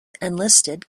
enlisted